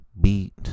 beat